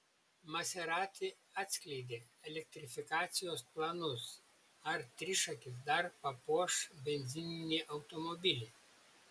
maserati atskleidė elektrifikacijos planus ar trišakis dar papuoš benzininį automobilį